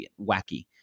wacky